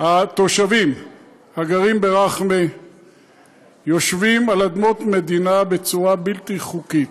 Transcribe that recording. התושבים הגרים ברח'מה יושבים על אדמות מדינה בצורה בלתי חוקית.